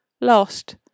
Lost